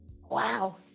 Wow